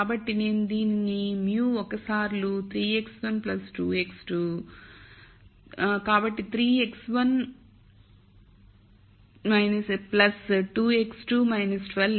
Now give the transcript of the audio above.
కాబట్టి నేను దీనిని μ ఒక సార్లు 3 x1 2 x2 కాబట్టి 3 x1 2 x2 12 0 అని వ్రాస్తాను